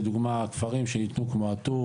לדוגמא הכפרים שניתנו א-טור,